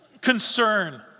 concern